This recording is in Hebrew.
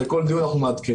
אחרי כל דיון אנחנו מעדכנים,